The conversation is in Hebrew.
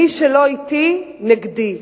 מי שלא אתי, נגדי.